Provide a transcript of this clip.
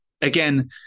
Again